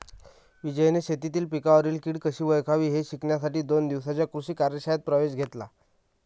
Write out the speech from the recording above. विजयने शेतीतील पिकांवरील कीड कशी ओळखावी हे शिकण्यासाठी दोन दिवसांच्या कृषी कार्यशाळेत प्रवेश घेतला